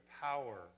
power